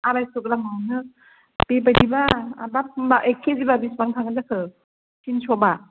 आरायस' ग्रामावनो बेबायदिबा आबाब होनबाय एक किजिबा बेसेबां थांगोन जाखो थिनस'बा